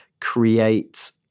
create